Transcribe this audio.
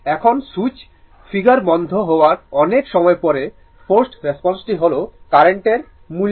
এখন switch figure বন্ধ হওয়ার অনেক সময় পরে ফোর্সড রেসপন্সটি হল কার্রেন্টের মূল্য